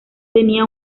tenía